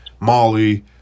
molly